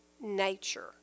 nature